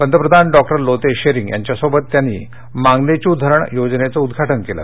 पंतप्रधान डॉक्टर लोते शेरिंग यांच्यासोबत त्यांनी मागदेच धरण योजनेचं उद्घाटन केलं